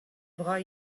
bras